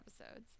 episodes